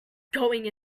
going